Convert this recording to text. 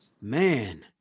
Man